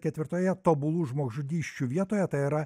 ketvirtoje tobulų žmogžudysčių vietoje tai yra